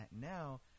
now